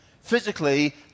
physically